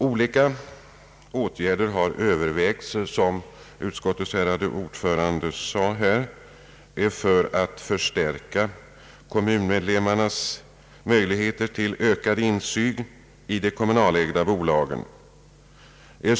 Olika åtgärder har övervägts, som utskottets ärade ordförande sade, för att förstärka kommunmedlemmarnas möjligheter till ökad insyn i de kommunalägda bolagen.